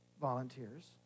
volunteers